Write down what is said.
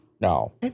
No